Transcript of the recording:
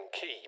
key